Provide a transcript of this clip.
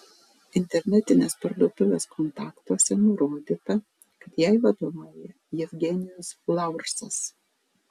internetinės parduotuvės kontaktuose nurodyta kad jai vadovauja jevgenijus laursas